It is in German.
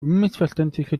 unmissverständliche